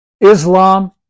islam